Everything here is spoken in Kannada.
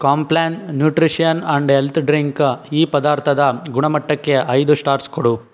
Complan nutrition and health drink ಈ ಪದಾರ್ಥದ ಗುಣಮಟ್ಟಕ್ಕೆ ಐದು ಸ್ಟಾರ್ಸ್ ಕೊಡು